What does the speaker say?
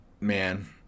man